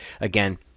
Again